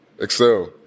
excel